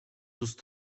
ust